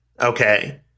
Okay